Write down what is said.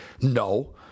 No